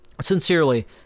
sincerely